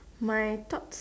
my thoughts